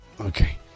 Okay